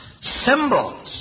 symbols